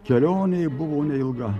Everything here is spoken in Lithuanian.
kelionė buvo neilga